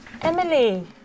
Emily